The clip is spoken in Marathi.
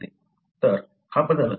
तर हा बदल दुर्मिळ आहे